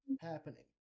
happening